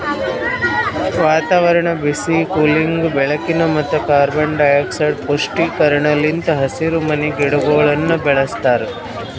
ವಾತಾವರಣ, ಬಿಸಿ, ಕೂಲಿಂಗ್, ಬೆಳಕಿನ ಮತ್ತ ಕಾರ್ಬನ್ ಡೈಆಕ್ಸೈಡ್ ಪುಷ್ಟೀಕರಣ ಲಿಂತ್ ಹಸಿರುಮನಿ ಗಿಡಗೊಳನ್ನ ಬೆಳಸ್ತಾರ